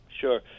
Sure